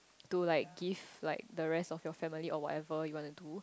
to like give like the rest of your family or whatever you want to do